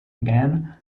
again